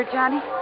Johnny